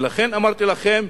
ולכן אמרתי לכם,